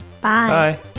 Bye